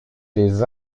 les